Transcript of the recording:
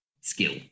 skill